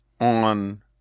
on –